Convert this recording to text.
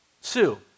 Sue